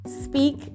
Speak